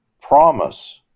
promise